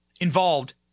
involved